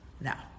Now